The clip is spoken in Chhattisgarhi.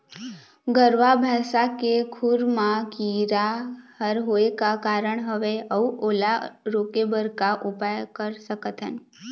गरवा भैंसा के खुर मा कीरा हर होय का कारण हवए अऊ ओला रोके बर का उपाय कर सकथन?